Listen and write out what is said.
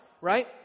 right